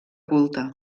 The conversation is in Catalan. culte